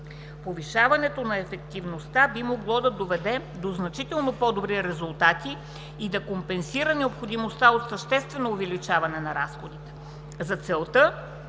Повишаването на ефективността би могло да доведе до значително по-добри резултати и да компенсира необходимостта от съществено увеличение на разходите. За целта